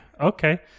Okay